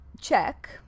check